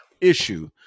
issue